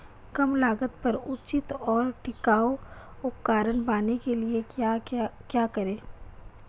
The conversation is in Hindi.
कम लागत पर उचित और टिकाऊ उपकरण पाने के लिए क्या करें?